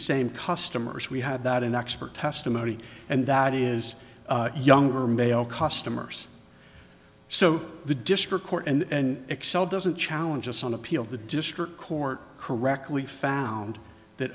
same customers we had that an expert testimony and that is younger male customers so the district court and excel doesn't challenge us on appeal the district court correctly found that